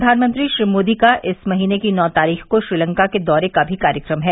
प्रधानमंत्री श्री मोदी का इस महीने की नौ तारीख को श्रीलंका के दौरे का भी कार्यक्रम है